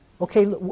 Okay